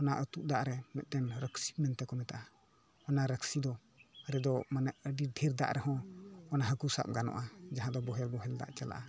ᱚᱱᱟ ᱟ ᱛᱩᱜ ᱫᱟᱜ ᱨᱮ ᱢᱤᱜ ᱴᱟᱱ ᱨᱟ ᱠᱥᱤ ᱢᱮᱱᱛᱮ ᱠᱚ ᱢᱮᱛᱟᱜᱼᱟ ᱚᱱᱟ ᱨᱟ ᱠᱥᱤ ᱫᱚ ᱨᱮᱫᱚ ᱢᱟᱱᱮ ᱟ ᱰᱤ ᱰᱷᱮᱨ ᱫᱟᱜ ᱨᱮ ᱦᱚᱸ ᱚᱱᱟ ᱦᱟ ᱠᱩ ᱥᱟᱵ ᱜᱟᱱᱚᱜᱼᱟ ᱡᱟᱦᱟᱸ ᱫᱚ ᱵᱳᱦᱮᱞ ᱵᱳᱦᱮᱞ ᱫᱟᱜ ᱪᱟᱞᱟᱜᱼᱟ